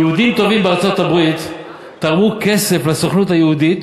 יהודים טובים בארצות-הברית תרמו כסף לסוכנות היהודית